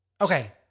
Okay